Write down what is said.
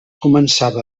començava